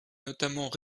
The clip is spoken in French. notamment